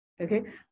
Okay